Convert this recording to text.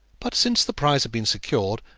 but since the prize had been secured,